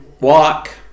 Walk